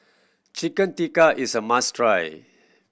Chicken Tikka is a must try